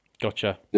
Gotcha